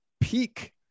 peak